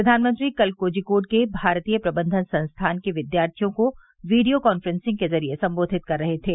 प्रधानमंत्री कल कोझिकोड के भारतीय प्रबंधन संस्थान के विद्यार्थियों को वीडियो काफ्रेंसिग के जरिये सम्बोधित कर रहे थे